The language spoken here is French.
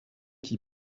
qui